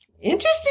Interesting